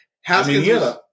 Haskins